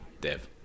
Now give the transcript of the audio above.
Dev